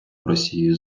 росією